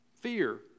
Fear